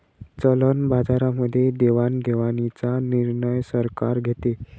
चलन बाजारामध्ये देवाणघेवाणीचा निर्णय सरकार घेते